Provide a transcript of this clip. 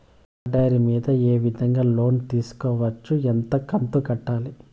పాల డైరీ మీద ఏ విధంగా లోను తీసుకోవచ్చు? ఎంత కంతు కట్టాలి?